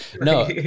no